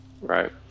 Right